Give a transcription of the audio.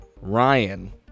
Ryan